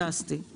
פנטסטי.